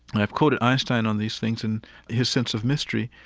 i've quoted einstein on these things and his sense of mystery.